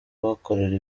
kuhakorera